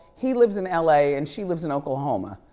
he lives in la and she lives in oklahoma.